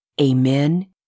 Amen